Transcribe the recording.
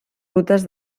rutes